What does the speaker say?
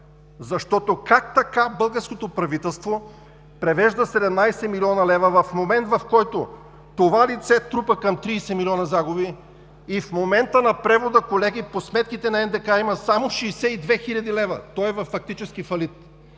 трябва. Как така българското правителство превежда 17 млн. лв. в момент, в който това лице трупа към 30 милиона загуби и в момента на превода, колеги, по сметките на НДК има само 62 хил. лв., и е във фактически фалит.